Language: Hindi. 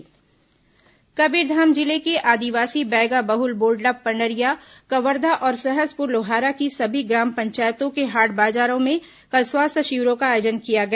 मुख्यमंत्री हाट बाजार कबीरधाम जिले के आदिवासी बैगा बहुल बोडला पंडरिया कवर्धा और सहसपुर लोहारा की सभी ग्राम पंचायतों के हाट बाजारों में कल स्वास्थ्य शिविरों का आयोजन किया गया